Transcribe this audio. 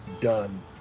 done